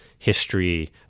history